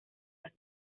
las